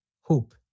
Hope